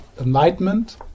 enlightenment